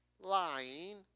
lying